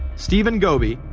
stephen gobie,